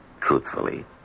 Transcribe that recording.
truthfully